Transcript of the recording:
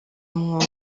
umwuga